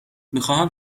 میخواهم